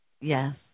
Yes